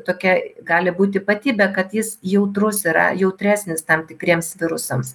tokia gali būt ypatybė kad jis jautrus yra jautresnis tam tikriems virusams